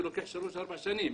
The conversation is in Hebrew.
זה לוקח שלוש-ארבע שנים.